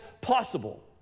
possible